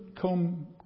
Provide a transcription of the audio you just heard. come